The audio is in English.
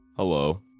Hello